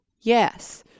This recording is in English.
yes